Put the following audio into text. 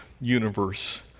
universe